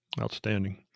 Outstanding